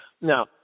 Now